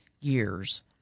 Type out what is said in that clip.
years